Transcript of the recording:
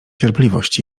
cierpliwość